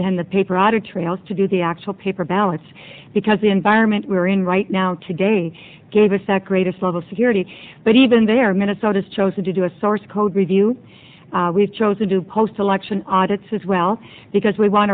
than the paper audit trails to do the actual paper ballots because the environment we're in right now today gave us that greatest level security but even there minnesota's chosen to do a source code review we've chosen to post election audits as well because we want